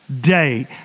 day